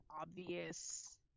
obvious